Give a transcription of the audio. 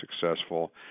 successful